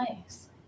nice